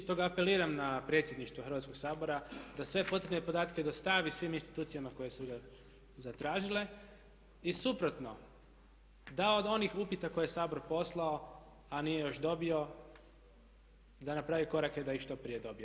Stoga apeliram na Predsjedništvo Hrvatskog sabora da sve potrebne podatke dostavi svim institucijama koje su ga zatražile i suprotno, da od onih upita koje je Sabor poslao, a nije još dobio da napravi korake da ih što prije dobije.